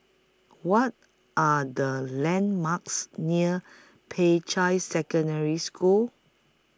What Are The landmarks near Peicai Secondary School